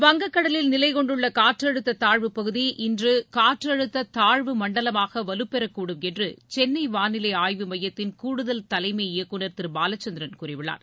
வங்கக்கடலில் நிலைகொண்டுள்ள காற்றழுத்த தாழ்வு பகுதி இன்று காற்றழுத்த தாழ்வு மண்டலமாக வலுப்பெறக்கூடும் என்று சென்னை வாளிலை ஆய்வு மையத்தின் கூடுதல் தலைமை இயக்குநர் திரு பாலச்சந்திரன் கூறியுள்ளார்